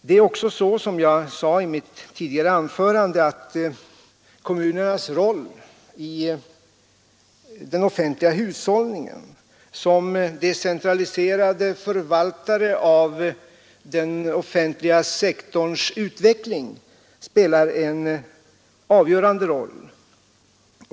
Det är också så, som jag sade i mitt tidigare anförande, att kommunernas roll som decentraliserade förvaltare av den offentliga sektorns utvecklingsmöjligheter spelar en avgörande roll.